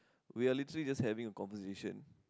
we're literally just having a conversation